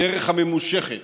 הדרך הממושכת